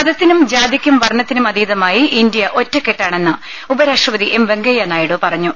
മതത്തിനും ജാതിക്കും വർണത്തിനും അതീതമായി ഇന്ത്യ ഒറ്റ രാജ്യമാണെന്ന് ഉപരാഷ്ട്രപതി എം വെങ്കയ്യനായിഡു പറഞ്ഞു